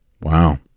Wow